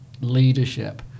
leadership